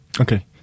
Okay